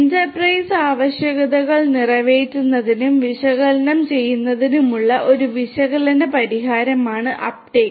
enterprise ആവശ്യകതകൾ നിറവേറ്റുന്നതിനും വിശകലനം ചെയ്യുന്നതിനുമുള്ള ഒരു വിശകലന പരിഹാരമാണ് അപ്ടേക്ക്